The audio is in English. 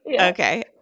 Okay